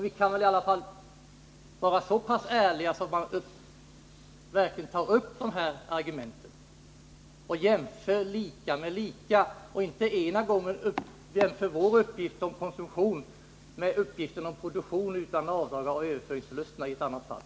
Vi kan väl i alla fall vara så pass ärliga att vi verkligen tar upp de här argumenten och jämför likvärdiga uppgifter. Vi kan inte jämföra vår uppgift om konsumtion i ett fall med uppgiften om produktion utan avdrag för överföringsförluster i ett annat fall.